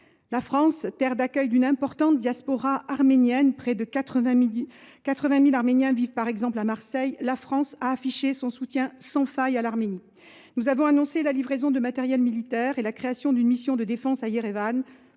La France, terre d’accueil d’une importante diaspora arménienne – près de 80 000 Arméniens vivent à Marseille, par exemple – a affiché son soutien sans faille à ce pays. Nous avons annoncé la livraison de matériel militaire et la création d’une mission de défense à Erevan,